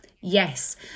Yes